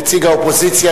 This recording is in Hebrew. נציג האופוזיציה,